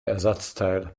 ersatzteil